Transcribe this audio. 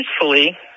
peacefully